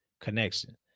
connection